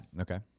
Okay